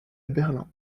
berlin